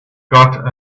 got